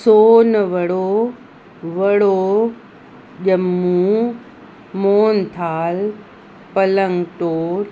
सोन वड़ो वड़ो ॼम्मूं मोहन थाल पलंग टोड़